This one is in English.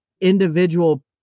individual